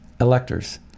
electors